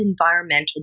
environmental